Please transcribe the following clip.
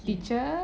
teacher